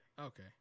Okay